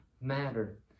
matter